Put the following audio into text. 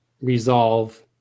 resolve